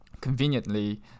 Conveniently